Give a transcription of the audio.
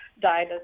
died